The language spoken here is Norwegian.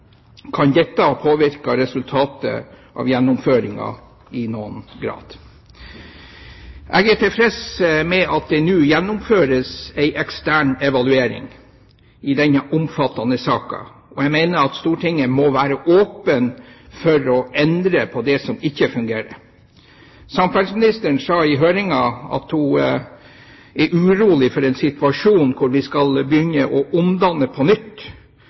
Kan dette ha påvirket resultatet av gjennomføringen i noen grad? Jeg er tilfreds med at det nå gjennomføres en ekstern evaluering i denne omfattende saken, og jeg mener at Stortinget må være åpen for å endre på det som ikke fungerer. Samferdselsministeren sa i høringen at hun er urolig for en situasjon hvor vi skal begynne å omdanne på nytt,